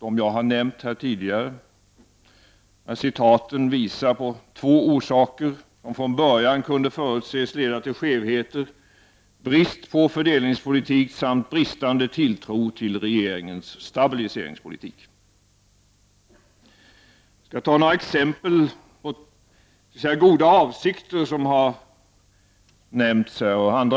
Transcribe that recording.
De citat jag har nämnt visar på två orsaker, som från början kunde förutses leda till skevheter, nämligen brist på fördelningspolitik samt bristande tilltro till regeringens stabiliseringspolitik. Jag skall ta några exempel på goda avsikter och andra uttalanden som har nämnts.